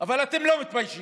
אבל אתם לא מתביישים.